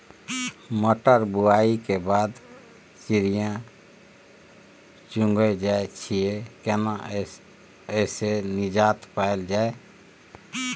मटर बुआई के बाद चिड़िया चुइग जाय छियै केना ऐसे निजात पायल जाय?